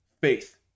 faith